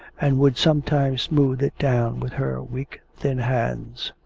and would sometimes smooth it down with her weak thin hands.